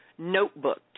notebooked